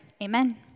Amen